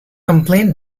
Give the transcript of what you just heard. complained